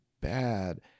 bad